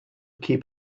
keep